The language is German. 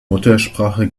muttersprache